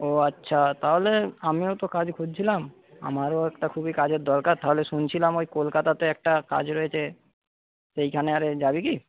ও আচ্ছা তাহলে আমিও তো কাজ খুঁজছিলাম আমারও একটা খুবই কাজের দরকার তাহলে শুনছিলাম ওই কলকাতাতে একটা কাজ রয়েছে সেইখানে যাবি কি